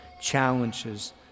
challenges